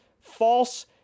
false